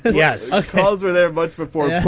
yes. calls were there much before yeah